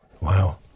Wow